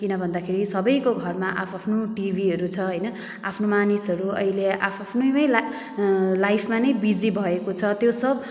किन भन्दाखेरि सबैको घरमा आ आफ्नो टिभीहरू छ होइन आफ्नो मानिसहरू अहिले आ आफ्नैमै लाइफ लाइफमा नै बिजी भएको छ त्यो सब